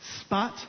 spot